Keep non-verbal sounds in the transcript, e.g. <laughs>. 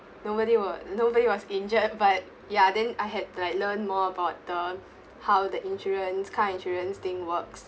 nobody were nobody was injured <laughs> but ya then I had like learn more about the how the insurance car insurance thing works